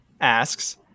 asks